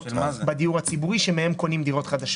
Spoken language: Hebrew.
בדיור הציבורי שמהם קונים דירות חדשות.